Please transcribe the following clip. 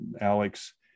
Alex